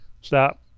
stop